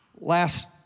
Last